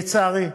לצערי,